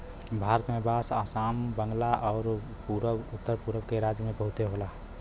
भारत में बांस आसाम, बंगाल आउर उत्तर पुरब के राज्य में बहुते होला